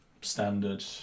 standard